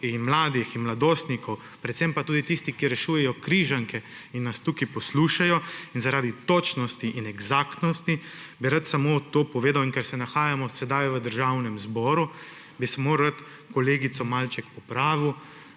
in mladih in mladostnikov, predvsem pa tudi tistih, ki rešujejo križanke in nas tukaj poslušajo, in zaradi točnosti in eksaktnosti bi rad samo to povedal, in ker se nahajamo sedaj v Državnem zboru, bi samo rad kolegico malce popravil.